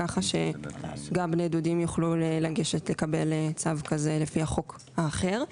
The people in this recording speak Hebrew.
כך שגם בני דודים יוכלו לגשת לקבל צו כזה לפי החוק האחר.